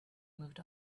moved